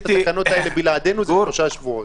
זה מה שקורה.